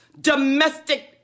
domestic